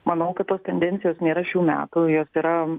manau kad tos tendencijos nėra šių metų jos yra